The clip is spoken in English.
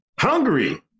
Hungry